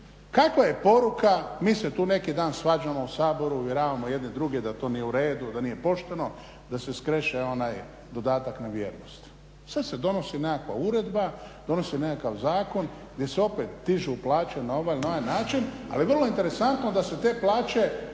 kakva je poruka. Mi se tu neki dan svađamo u Saboru, uvjeravamo jedni druge da to nije u redu, da nije pošteno da se skreše onaj dodatak na vjernost. Sad se donosi nekakva uredba, donosi se nekakav zakon gdje se opet … na ovaj ili onaj način, ali vrlo je interesantno da se te plaće dižu